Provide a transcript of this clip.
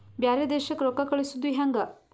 ಬ್ಯಾರೆ ದೇಶಕ್ಕೆ ರೊಕ್ಕ ಕಳಿಸುವುದು ಹ್ಯಾಂಗ?